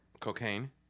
Cocaine